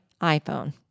iPhone